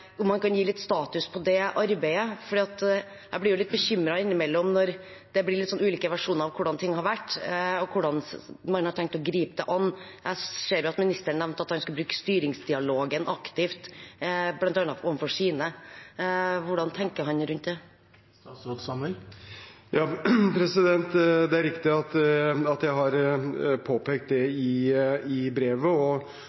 Kan han si hva som er status på det arbeidet? Jeg blir litt bekymret innimellom når det er ulike versjoner av hvordan ting har vært, og hvordan man har tenkt å gripe det an. Ministeren nevnte at han skulle bruke styringsdialogen aktivt, bl.a. overfor sine. Hvordan tenker han rundt det? Det er riktig at jeg har påpekt det